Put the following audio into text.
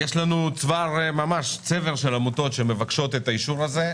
יש לנו צבר עמותות שמבקשות את האישור הזה,